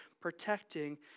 protecting